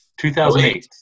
2008